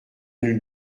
nous